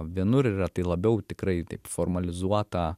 vienur yra tai labiau tikrai taip formalizuota